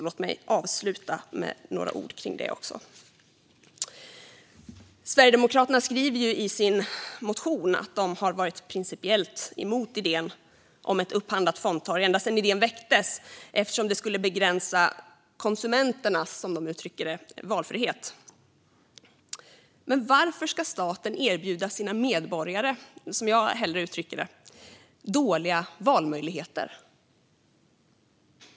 Låt mig också avsluta med några ord om det. Sverigedemokraterna skriver i sin motion att de har varit principiellt emot idén om ett upphandlat fondtorg ända sedan idén väcktes eftersom det skulle begränsa konsumenternas, som de uttrycker det, valfrihet. Men varför ska staten erbjuda sina medborgare, som jag hellre uttrycker det, dåliga valmöjligheter?